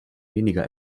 weniger